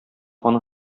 аның